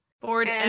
Ford